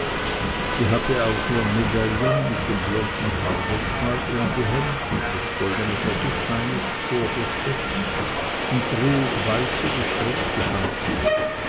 sie hatte auch ihr medaillon mit dem blonden haardenkmal umgehängt und das goldene vergißmeinnicht vorgesteckt und trug weiße gestrickte handschuhe